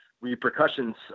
repercussions